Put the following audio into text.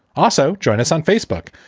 also join us on facebook.